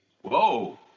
whoa